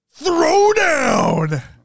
throwdown